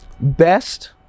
best